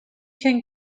can